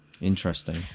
Interesting